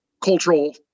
cultural